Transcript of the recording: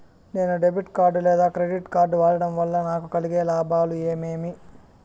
నేను debit card లేదా credit card వాడడం వల్ల నాకు కలిగే లాభాలు ఏమేమీ?